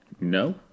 no